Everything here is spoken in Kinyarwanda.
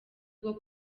bwo